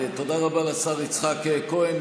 תודה רבה לשר יצחק כהן.